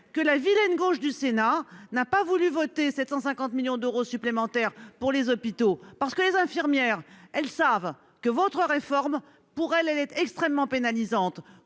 que la vilaine gauche du Sénat n'a pas voulu voter 750 millions d'euros supplémentaires pour les hôpitaux parce que les infirmières elles savent que votre réforme pour elle elle extrêmement pénalisante,